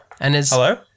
Hello